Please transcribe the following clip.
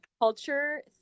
culture